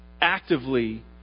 actively